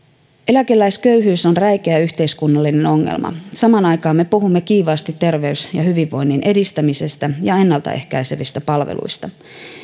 eläkeläisköyhyys on räikeä yhteiskunnallinen ongelma samaan aikaan me puhumme kiivaasti terveyden ja hyvinvoinnin edistämisestä ja ennalta ehkäisevistä palveluista